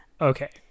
Okay